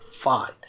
fine